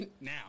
Now